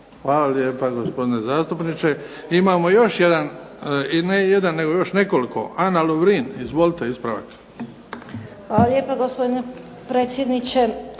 Hvala lijepa gospodine zastupniče. Imamo još jedan, ne jedan nego još nekoliko. Ana Lovrin, izvolite. **Lovrin, Ana (HDZ)** Hvala lijepa gospodine predsjedniče.